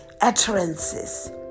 utterances